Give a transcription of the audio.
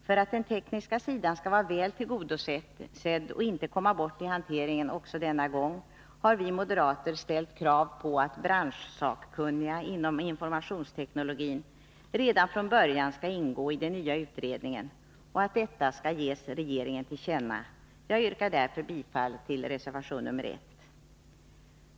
För att den tekniska sidan skall vara väl tillgodosedd och inte komma bort i hanteringen också denna gång har vi moderater ställt krav på att branschsakkunniga inom informationsteknologin redan från början skall ingå i den nya utredningen och att detta skall ges regeringen till känna. Jag yrkar därför bifall till reservation 1.